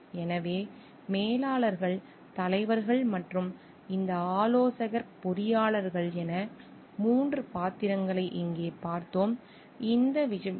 எனவே மேலாளர்கள் தலைவர்கள் மற்றும் இந்த ஆலோசகர் பொறியாளர்கள் என 3 பாத்திரங்களை இங்கே பார்த்தோம்